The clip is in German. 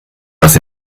was